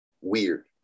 weird